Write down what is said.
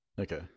Okay